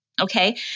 Okay